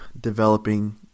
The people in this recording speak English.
developing